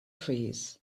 trees